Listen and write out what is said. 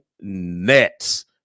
nets